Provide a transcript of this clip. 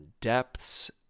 depths